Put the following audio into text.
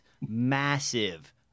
massive